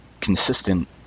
consistent